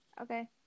Okay